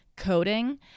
coding